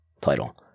title